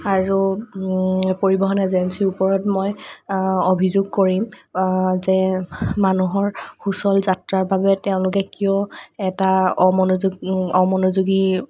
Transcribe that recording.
আৰু পৰিৱহণ এজেন্সিৰ ওপৰত মই অভিযোগ কৰিম যে মানুহৰ সুচল যাত্ৰাৰ বাবে তেওঁলোকে কিয় এটা অমনোযোগ অমনোযোগী